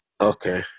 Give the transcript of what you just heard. Okay